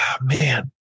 man